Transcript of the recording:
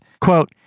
Quote